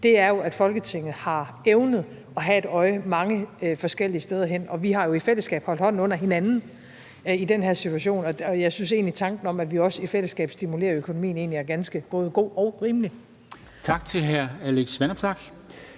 er, at Folketinget har evnet at have et øje på mange forskellige steder. Vi har jo i fællesskab holdt hånden under hinanden i den her situation. Og jeg synes egentlig, at tanken om, at vi også i fællesskab stimulerer økonomien, egentlig er ganske både god og rimelig.